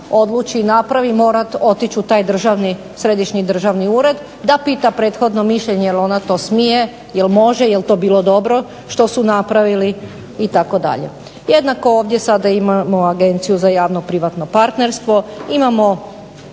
odluči i napravi morat otići u taj Središnji državni ured da pita prethodno mišljenje jel ona to smije, jel može, jel to bilo dobro što su napravili itd. Jednako ovdje sada imamo Agenciju za javno privatno partnerstvo, imamo